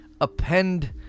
Append